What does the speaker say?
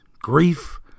grief